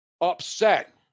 upset